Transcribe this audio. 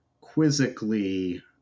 quizzically